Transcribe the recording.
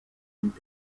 und